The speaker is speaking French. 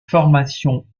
formation